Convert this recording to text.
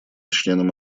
членом